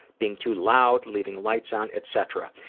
being too loud, leaving lights on, etc.